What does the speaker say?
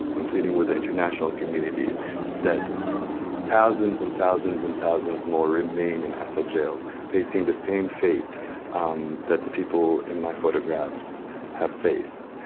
i'm pleading with the international community that thousands and thousands and thousands more remain in assad jails, facing the same fate that the people in my photographs have faced,